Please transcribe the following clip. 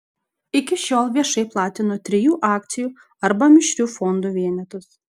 iki šiol viešai platino trijų akcijų arba mišrių fondų vienetus